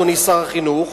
אדוני שר החינוך,